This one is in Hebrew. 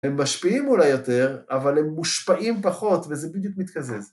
הם משפיעים אולי יותר, אבל הם מושפעים פחות, וזה בדיוק מתקזז.